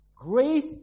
Great